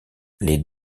les